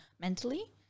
mentally